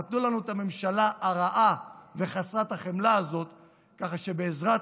נתנו לנו את הממשלה הרעה וחסרת החמלה הזאת ככה שבעזרת